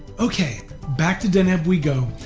okay back to deneb we go,